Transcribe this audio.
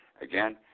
Again